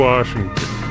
Washington